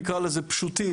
נקרא לזה פשוטים,